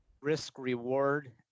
risk-reward